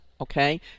okay